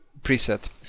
preset